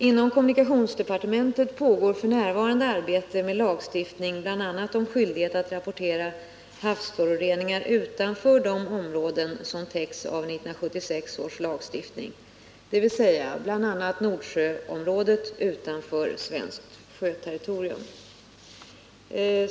Inom kommunikationsdepartementet pågår f. n. arbete med lagstiftning, bl.a. om skyldighet att rapportera havsföroreningar utanför de områden som täcks av 1976 års lagstiftning, bl.a. Nordsjöområdet utanför svenskt sjöterritorium.